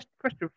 Question